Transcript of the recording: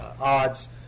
odds